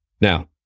Now